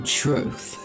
truth